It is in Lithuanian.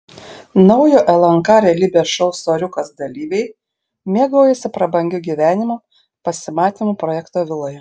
naujo lnk realybės šou soriukas dalyviai mėgaujasi prabangiu gyvenimu pasimatymų projekto viloje